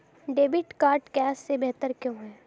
Debit card cash से बेहतर क्यों है?